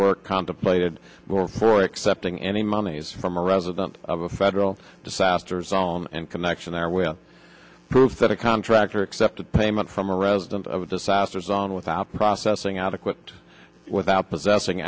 work contemplated for except in any monies from a resident of a federal disaster zone and connection there will prove that a contractor accepted payment from a resident of a disaster zone without processing adequate without possessing